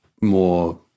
more